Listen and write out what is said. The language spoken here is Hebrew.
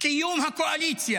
קיום הקואליציה.